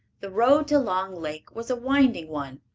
the road to long lake was a winding one,